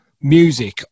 music